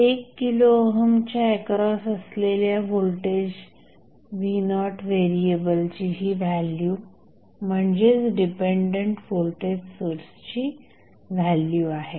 1 kilo ओहमच्या across असलेल्या voltage v0व्हेरिएबलची ही व्हॅल्यू म्हणजेच डिपेंडंट व्होल्टेज सोर्सची व्हॅल्यू आहे